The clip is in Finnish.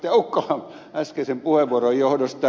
ukkolan äskeisen puheenvuoron johdosta